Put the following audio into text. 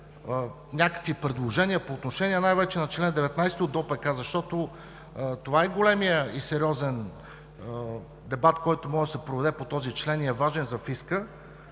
някакви предложения по отношение най-вече на чл. 19 от ДОПК, защото това е големият и сериозен дебат, който може да се проведе по този член и е важен за фиска,